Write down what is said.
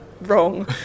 wrong